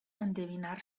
endevinar